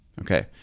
Okay